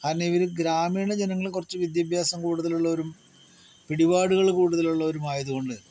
കാരണം ഇവര് ഗ്രാമീണ ജനങ്ങള് കുറച്ച് വിദ്യാഭ്യാസം കൂടുതലുള്ളവരും പിടിപാടുകള് കൂടുതൽ ഉള്ളവരും ആയതുകൊണ്ട്